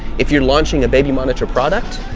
if you're launching a baby monitor product,